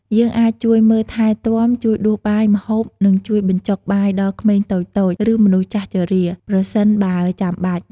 យើងអាចជួយមើលថែទាំ ជួយដួសបាយ ម្ហូប និងជួយបញ្ចុកបាយដល់ក្មេងតូចៗ ឬមនុស្សចាស់ជរា ប្រសិនបើចាំបាច់។